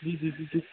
जी जी जी जी